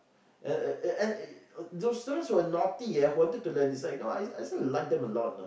and and and those students who are naughty eh who wanted to learn is like you know I just I just want to like them a lot you know